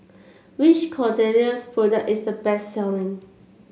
which Kordel's product is the best selling